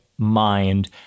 mind